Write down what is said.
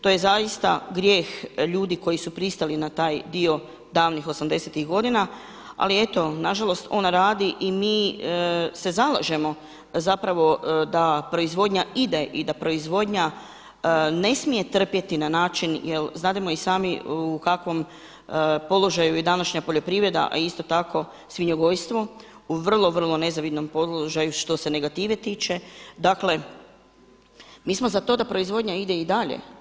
To je zaista grijeh ljudi koji su pristali na taj dio davnih '80.-tih godina ali eto nažalost ona radi i mi se zalažemo zapravo da proizvodnja ide i da proizvodnja ne smije trpjeti na način, jer znademo i sami u kakvom položaju je današnja poljoprivreda a isto tako i svinjogojstvo u vrlo, vrlo nezavidnom položaju što se negative tiče, ali mi smo za to da proizvodnja ide i dalje.